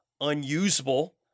unusable